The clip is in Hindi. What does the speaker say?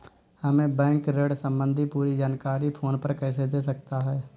हमें बैंक ऋण संबंधी पूरी जानकारी फोन पर कैसे दे सकता है?